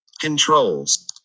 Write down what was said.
controls